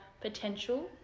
potential